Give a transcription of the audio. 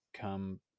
come